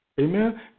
Amen